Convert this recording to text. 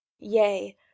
Yea